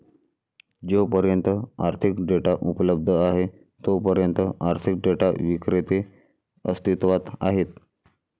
जोपर्यंत आर्थिक डेटा उपलब्ध आहे तोपर्यंत आर्थिक डेटा विक्रेते अस्तित्वात आहेत